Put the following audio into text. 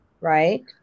right